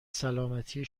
سلامتی